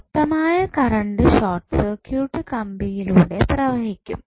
മൊത്തമായ current short circuit കമ്പിയിലൂടെ പ്രവഹിക്കും